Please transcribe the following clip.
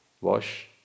wash